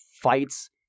fights